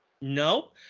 No